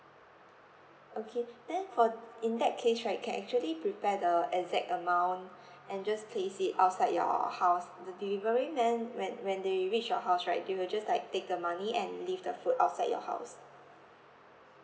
okay then for in that case right you can actually prepare the exact amount and just place it outside your house the delivery man when when they reach your house right they will just like take the money and leave the food outside your house